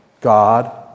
God